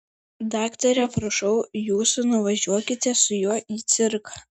daktare prašau jūsų nuvažiuokite su juo į cirką